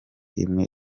imwe